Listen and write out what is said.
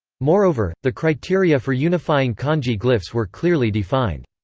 moreover, the criteria for unifying kanji glyphs were clearly defined.